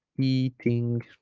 eating